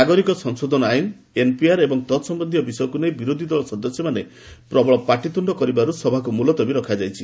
ନାଗରିକ ସଂଶୋଧନ ଆଇନ ଏନ୍ପିଆର ଏବଂ ତତ୍ସମ୍ୟନ୍ଧୀୟ ବିଷୟକୁ ନେଇ ବିରୋଧୀଦଳ ସଦସ୍ୟମାନେ ପ୍ରବଳ ପାଟିତୁଣ୍ଡ କରିବାରୁ ସଭାକୁ ମୁଲତବୀ ରଖାଯାଇଛି